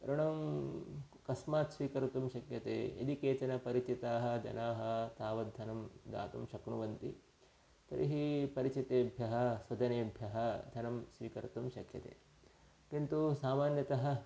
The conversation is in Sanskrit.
ऋणं कस्मात् स्वीकर्तुं शक्यते यदि केचन परिचिताः जनाः तावद्धनं दातुं शक्नुवन्ति तर्हि परिचितेभ्यः स्वजनेभ्यः धनं स्वीकर्तुं शक्यते किन्तु सामान्यतः